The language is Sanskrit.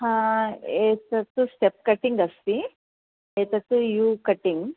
हा एतत् स्टेप् कटिङ्ग् अस्ति एतत् यू कटिङ्ग्